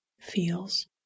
feels